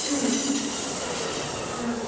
अँ अँ